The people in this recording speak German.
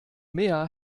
mehr